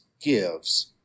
gives